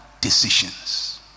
decisions